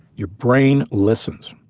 your brain listens.